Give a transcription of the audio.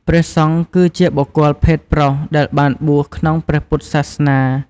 ព្រះសង្ឃ គឺជាបុគ្គលភេទប្រុសដែលបានបួសក្នុងព្រះពុទ្ធសាសនា។